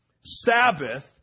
Sabbath